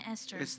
Esther